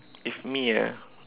if me ah